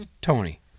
Tony